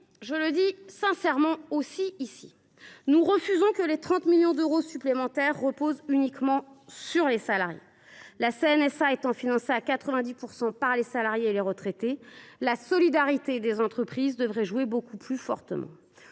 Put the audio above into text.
je le dis nettement – que les 30 millions d’euros supplémentaires reposent uniquement sur les salariés. La CNSA étant financée à 90 % par les salariés et les retraités, la solidarité des entreprises devrait jouer beaucoup plus fortement.